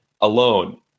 alone